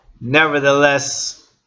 nevertheless